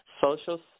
social